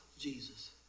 Jesus